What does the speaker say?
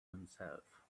himself